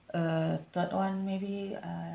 uh third one maybe uh